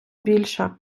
більше